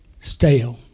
stale